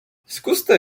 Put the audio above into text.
zkuste